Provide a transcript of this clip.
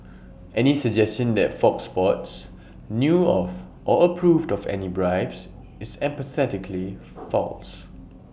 any suggestion that fox sports knew of or approved of any bribes is emphatically false